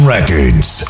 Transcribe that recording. Records